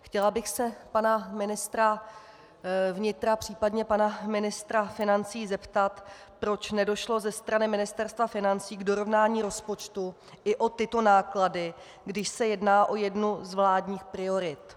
Chtěla bych se pana ministra vnitra, případně pana ministra financí zeptat, proč nedošlo ze strany Ministerstva financí k dorovnání rozpočtu i o tyto náklady, když se jedná o jednu z vládních priorit.